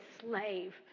slave